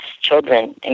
children